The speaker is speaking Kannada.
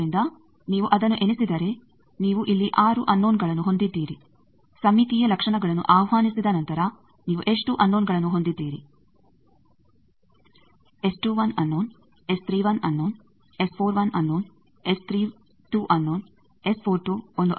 ಆದ್ದರಿಂದ ನೀವು ಅದನ್ನು ಎಣಿಸಿದರೆ ನೀವು ಇಲ್ಲಿ 6 ಅನ್ನೋನಗಳನ್ನು ಹೊಂದಿದ್ದೀರಿ ಸಮ್ಮಿತೀಯ ಲಕ್ಷಣಗಳನ್ನು ಆಹ್ವಾನಿಸಿದ ನಂತರ ನೀವು ಎಷ್ಟು ಅನ್ನೋನಗಳನ್ನು ಹೊಂದಿದ್ದೀರಿ ಅನ್ನೋನ ಅನ್ನೋನ ಅನ್ನೋನ ಅನ್ನೋನ ಒಂದು ಅನ್ನೋನ ಮತ್ತು ಅನ್ನೋನ ಆಗಿದೆ